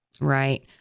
Right